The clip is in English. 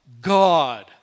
God